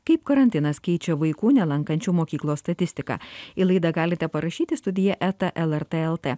kaip karantinas keičia vaikų nelankančių mokyklos statistiką į laidą galite parašyti studiją eta lrt el t